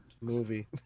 movie